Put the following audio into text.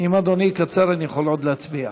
אם אדוני יקצר אני יכול עוד להצביע.